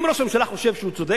אם ראש הממשלה חושב שהוא צודק,